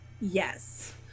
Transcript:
Yes